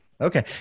Okay